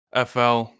FL